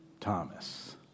Thomas